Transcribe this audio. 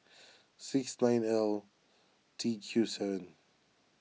six nine L T Q seven